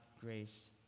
grace